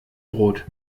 brot